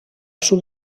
sud